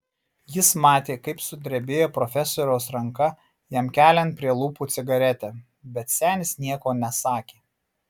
jis matė kaip sudrebėjo profesoriaus ranka jam keliant prie lūpų cigaretę bet senis nieko nesakė